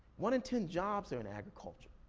one in ten jobs are in agriculture.